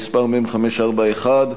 מ/541,